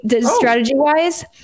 strategy-wise